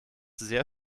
sehr